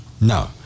no